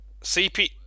CP